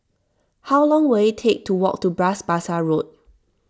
how long will it take to walk to Bras Basah Road